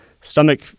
stomach